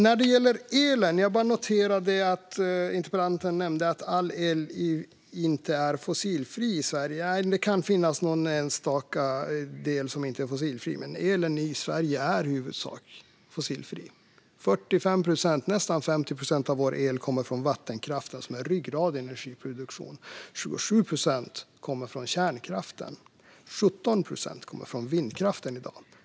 När det gäller elen noterade jag att interpellanten nämnde att all el inte är fossilfri i Sverige. Det kan finnas någon enstaka del som inte är fossilfri, men elen i Sverige är i huvudsak fossilfri. 45 procent - nästan 50 procent - av vår el kommer från vattenkraft, som är ryggraden i energiproduktionen. 27 procent kommer från kärnkraften, och 17 procent kommer från vindkraften i dag.